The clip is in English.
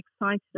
excited